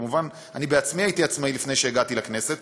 כמובן, אני בעצמי הייתי עצמאי לפני שהגעתי לכנסת.